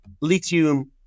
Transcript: lithium